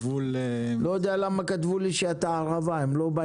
גבול --- לא יודע למה כתבו לי שאתה לא בעניינים,